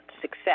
success